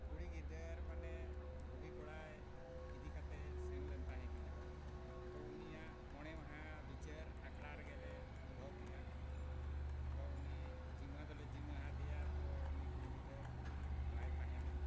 ᱠᱩᱲᱤ ᱜᱤᱫᱟᱹᱨ ᱢᱟᱱᱮ ᱫᱷᱩᱵᱤ ᱠᱚᱲᱟᱭ ᱤᱫᱤ ᱠᱟᱛᱮ ᱥᱮᱱ ᱞᱮᱱ ᱛᱟᱦᱮᱸ ᱠᱟᱱᱟ ᱛᱚ ᱩᱱᱤᱭᱟᱜ ᱢᱚᱬᱮ ᱢᱟᱦᱟ ᱵᱷᱤᱪᱟᱹᱨ ᱟᱠᱷᱲᱟ ᱨᱮᱜᱮᱞᱮ ᱫᱚᱦᱚ ᱠᱮᱜᱼᱟ ᱛᱚ ᱩᱱᱤ ᱡᱤᱢᱟᱹ ᱫᱚᱞᱮ ᱡᱤᱢᱟᱹ ᱟᱫᱮᱭᱟ ᱛᱚ ᱩᱱᱤ ᱠᱩᱲᱤ ᱜᱤᱫᱟᱹᱨ ᱵᱟᱭ ᱛᱟᱦᱮᱸ ᱞᱮᱱᱟ